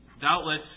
doubtless